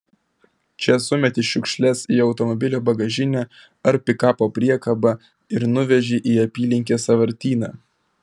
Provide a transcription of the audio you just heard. čia sumeti šiukšles į automobilio bagažinę ar pikapo priekabą ir nuveži į apylinkės sąvartyną